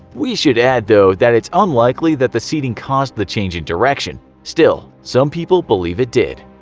we should add, though, that it's unlikely that the seeding caused the change in direction. still, some people believe it did.